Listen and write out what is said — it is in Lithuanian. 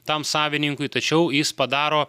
tam savininkui tačiau jis padaro